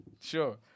sure